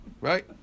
right